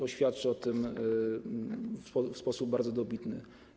To świadczy o tym w sposób bardzo dobitny.